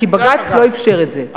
כי בג"ץ לא אפשר את זה.